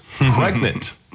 pregnant